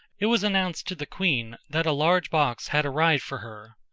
it was announced to the queen that a large box had arrived for her.